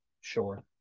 Sure